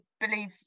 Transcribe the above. believe